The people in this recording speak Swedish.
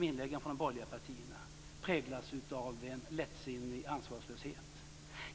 inläggen från de borgerliga partierna präglas av en lättsinnig ansvarslöshet.